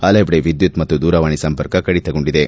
ಪಲವಡೆ ವಿದ್ಯುತ್ ಹಾಗೂ ದೂರವಾಣಿ ಸಂಪರ್ಕ ಕಡಿತಗೊಂಡಿದೆ